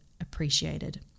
appreciated